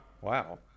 Wow